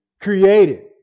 created